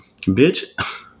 bitch